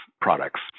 products